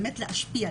באמת להשפיע,